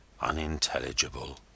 unintelligible